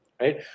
Right